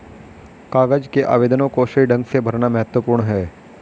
कागज के आवेदनों को सही ढंग से भरना महत्वपूर्ण है